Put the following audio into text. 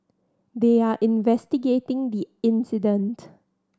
they are investigating the incident